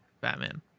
Batman